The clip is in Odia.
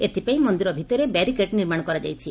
ଏଥପାଇଁ ମନ୍ଦିର ଭିତରେ ବ୍ୟାରିକେଡ ନିର୍ମାଣ କରାଯାଇଛି